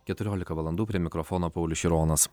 keturiolika valandų prie mikrofono paulius šironas